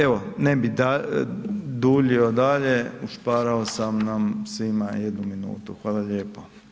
Evo ne bi duljio dalje, ušparao sam nam svima jednu minutu, hvala lijepo.